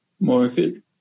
market